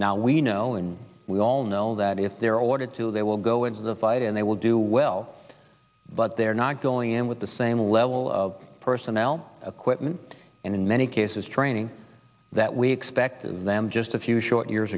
now we know and we all know that if they're ordered to they will go into the fight and they will do well but they're not going in with the same level of personnel equipment and in many cases training that we expected them just a few short years